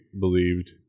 believed